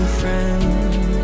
friend